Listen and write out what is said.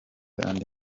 andi